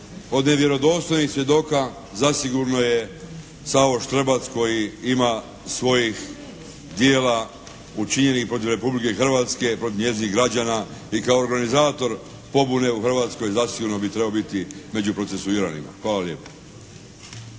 od nevjerodostojnih svjedoka zasigurno je Savo Štrbac koji ima svojih djela učinjenih protiv Republike Hrvatske, protiv njezinih građana i kao organizator pobune u Hrvatskoj zasigurno bi trebao biti među procesuiranima. Hvala lijepa.